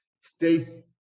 stay